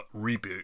reboot